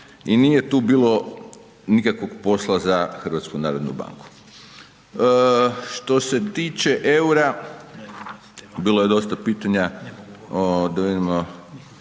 I nije tu bilo nikakvog posla za Hrvatsku narodnu banku. Što se tiče eura bilo je dosta pitanja.